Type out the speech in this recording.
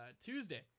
Tuesday